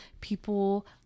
People